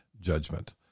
judgment